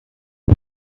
and